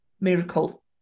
miracle